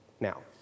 Now